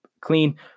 clean